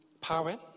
power